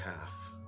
half